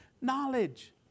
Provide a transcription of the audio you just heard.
knowledge